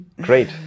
Great